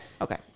okay